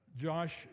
Josh